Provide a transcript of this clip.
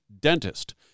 dentist